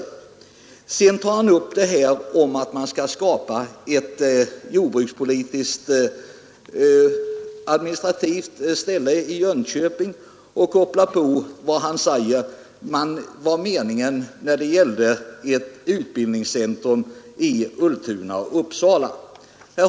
Herr Hansson i Skegrie gick också in på detta att man skall skapa ett jordbrukspolitiskt administrativt centrum i Jönköping och kopplade på vad han sagt när det gällde ett utbildningscentrum vid Ultuna inom Uppsalaområdet.